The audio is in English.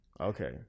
Okay